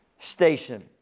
station